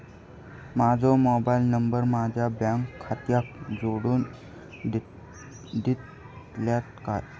माजो mobile number माझ्या bank खात्याक जोडून दितल्यात काय?